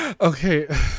okay